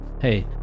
Hey